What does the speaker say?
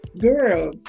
girl